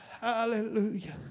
Hallelujah